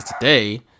today